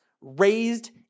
raised